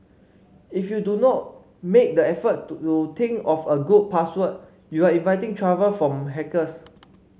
if you do not make the effort to to think of a good password you are inviting trouble from hackers